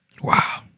Wow